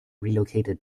relocated